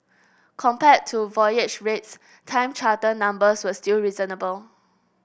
compared to voyage rates time charter numbers were still reasonable